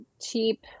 cheap